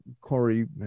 Corey